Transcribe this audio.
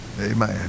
Amen